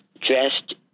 dressed